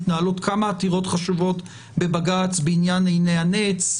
מתנהלות כמה עתירות חשובות בבג"ץ בעניין "עין הנץ",